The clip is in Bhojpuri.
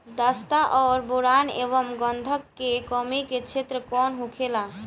जस्ता और बोरान एंव गंधक के कमी के क्षेत्र कौन होखेला?